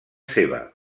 seva